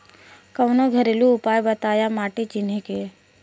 कवनो घरेलू उपाय बताया माटी चिन्हे के?